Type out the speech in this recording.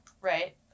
right